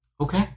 Okay